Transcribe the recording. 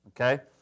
okay